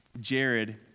Jared